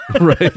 Right